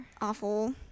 awful